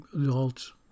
adults